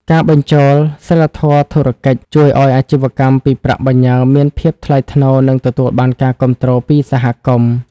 ការបញ្ចូល "សីលធម៌ធុរកិច្ច" ជួយឱ្យអាជីវកម្មពីប្រាក់បញ្ញើមានភាពថ្លៃថ្នូរ និងទទួលបានការគាំទ្រពីសហគមន៍។